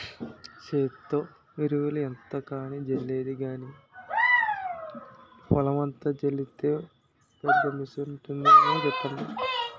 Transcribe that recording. సేత్తో ఎరువులు ఎంతకని జల్లేది గానీ, పొలమంతా జల్లీసే పెద్ద మిసనుంటాదేమో సెప్పండి?